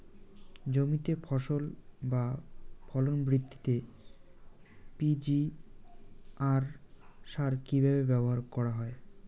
জমিতে ফসল বা ফলন বৃদ্ধিতে পি.জি.আর সার কীভাবে ব্যবহার করা হয়?